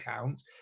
accounts